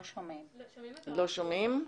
לא שומעים.